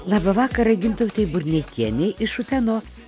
labą vakarą gintautei burneikienei iš utenos